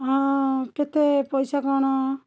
ହଁ କେତେ ପଇସା କ'ଣ